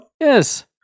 Yes